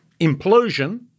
implosion